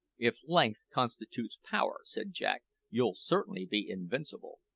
if length constitutes power, said jack, you'll certainly be invincible.